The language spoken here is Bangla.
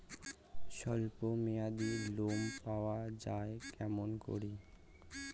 স্বল্প মেয়াদি লোন পাওয়া যায় কেমন করি?